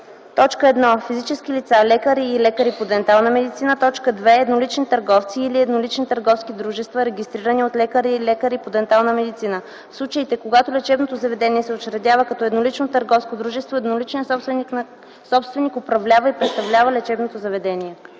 от: 1. физически лица – лекари и лекари по дентална медицина; 2. еднолични търговци или еднолични търговски дружества регистрирани от лекари и лекари по дентална медицина. В случаите, когато лечебното заведение се учредява като еднолично търговско дружество, едноличният собственик управлява и представлява лечебното заведение.”